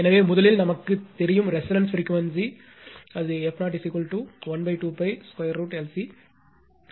எனவே முதலில் நமக்குத் தெரியும் ரெசோனன்ஸ் பிரிக்வேன்சி f012π √LC